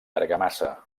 argamassa